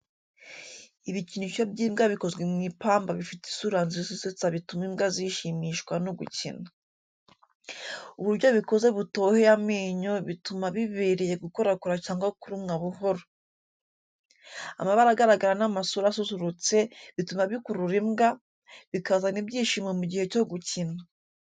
Ibikinisho by’imbwa bikozwe mu ipamba bifite isura nziza isetsa bituma imbwa zishimishwa no gukina. Uburyo bikoze butoheye amenyo bituma bibereye gukorakora cyangwa kurumwa buhoro. Amabara agaragara n’amasura asusurutse bituma bikurura imbwa, bikazana ibyishimo mu gihe cyo gukina.